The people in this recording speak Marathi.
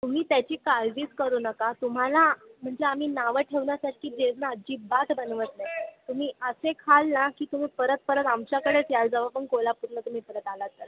तुम्ही त्याची काळजीच करू नका तुम्हाला म्हणजे आम्ही नावं ठेवण्यासारखे जेवण अजिबात बनवत नाही तुम्ही असे खाल ना की तुम्ही परत परत आमच्याकडेच याल जेव्हा पण कोल्हापूरला तुम्ही परत आलात तर